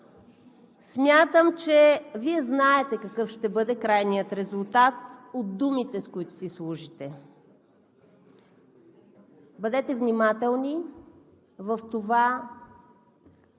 Смятам, че Вие знаете какъв ще бъде крайният резултат от думите, с които си служите. Бъдете внимателни в това